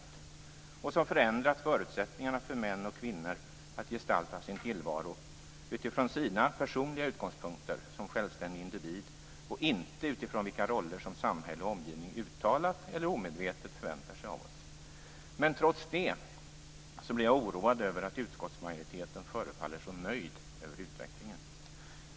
Det är mycket som förändrat förutsättningarna för män och kvinnor att gestalta sin tillvaro utifrån sina personliga utgångspunkter som självständiga individer, och inte utifrån de roller som samhälle och omgivning uttalat eller omedvetet förväntar sig av dem. Trots det blir jag oroad över att utskottsmajoriteten förefaller vara så nöjd över utvecklingen.